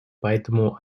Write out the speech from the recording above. поэтому